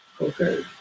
Okay